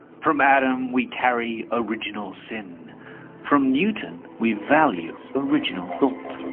from adam we carry original sin from newton we value original thought.